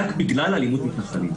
רק בגלל אלימות מתנחלים,